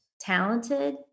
talented